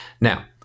Now